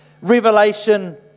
Revelation